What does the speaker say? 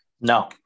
no